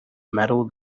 metal